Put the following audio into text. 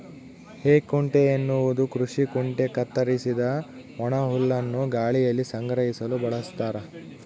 ಹೇಕುಂಟೆ ಎನ್ನುವುದು ಕೃಷಿ ಕುಂಟೆ ಕತ್ತರಿಸಿದ ಒಣಹುಲ್ಲನ್ನು ಗಾಳಿಯಲ್ಲಿ ಸಂಗ್ರಹಿಸಲು ಬಳಸ್ತಾರ